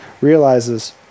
realizes